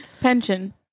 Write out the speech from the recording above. Pension